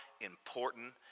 important